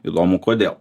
įdomu kodėl